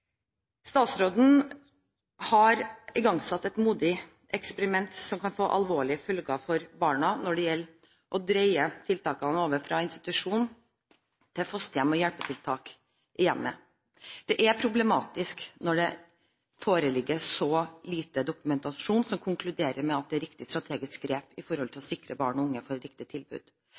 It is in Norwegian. Statsråden har igangsatt et modig eksperiment, som kan få alvorlige følger for barna når det gjelder å dreie tiltakene over fra institusjon til fosterhjem og hjelpetiltak i hjemmet. Det er problematisk når det foreligger så lite dokumentasjon som konkluderer med at dette er et riktig strategisk grep for å sikre at barn og unge får et riktig tilbud.